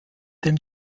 dem